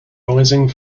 rising